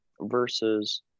versus